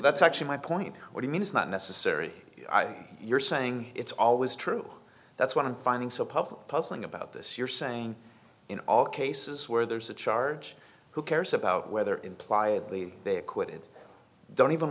that's actually my point what you mean it's not necessary you're saying it's always true that's what i'm finding so public puzzling about this you're saying in all cases where there's a charge who cares about whether imply a they acquitted don't even